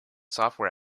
software